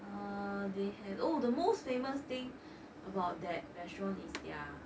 uh they had oh the most famous thing about that restaurant is their